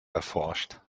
erforscht